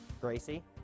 Gracie